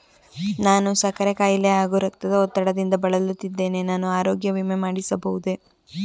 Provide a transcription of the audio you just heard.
ನಾನು ಸಕ್ಕರೆ ಖಾಯಿಲೆ ಹಾಗೂ ರಕ್ತದ ಒತ್ತಡದಿಂದ ಬಳಲುತ್ತಿದ್ದೇನೆ ನಾನು ಆರೋಗ್ಯ ವಿಮೆ ಮಾಡಿಸಬಹುದೇ?